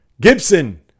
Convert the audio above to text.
Gibson